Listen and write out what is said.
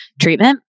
treatment